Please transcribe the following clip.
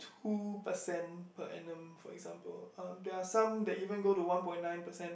two percent per annum for example um there are some that even to go one point nine percent